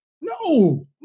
no